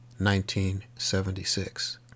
1976